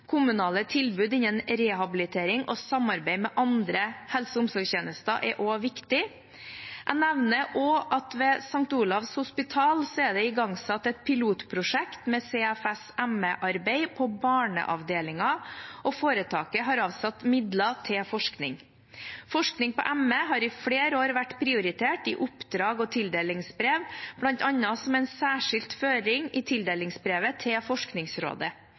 Kommunale tilbud innen rehabilitering og samarbeid med andre helse- og omsorgstjenester er også viktig. Jeg nevner også at det ved St. Olavs hospital er igangsatt et pilotprosjekt med CFS/ME-arbeid på barneavdelingen, og foretaket har avsatt midler til forskning. Forskning på ME har i flere år vært prioritert i oppdrag og tildelingsbrev, bl.a. som en særskilt føring i tildelingsbrevet til Forskningsrådet.